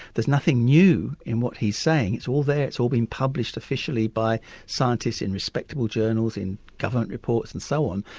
there's nothing new in what he's saying, it's all there, it's all been published officially by scientists in respectable journals, in government reports and so on,